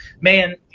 man –